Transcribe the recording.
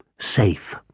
safe